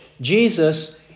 Jesus